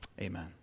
Amen